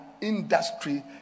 industry